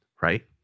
Right